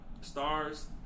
stars